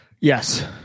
yes